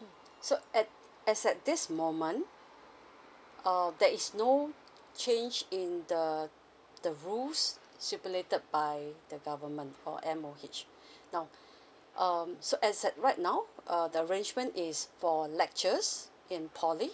mm so add as at this moment err that is no change in the the rules stipulated by the government or M_O_H now um so as at right now uh the arrangement is for lectures in poly